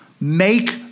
Make